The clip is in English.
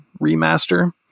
remaster